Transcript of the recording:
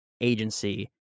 agency